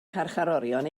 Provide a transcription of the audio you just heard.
carcharorion